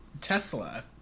tesla